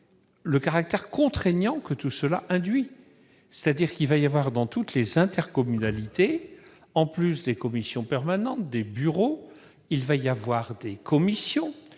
le caractère contraignant que tout cela induit ? Dans toutes les intercommunalités, en plus des commissions permanentes et des bureaux, il va y avoir des commissions